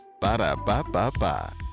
Ba-da-ba-ba-ba